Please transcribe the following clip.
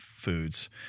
foods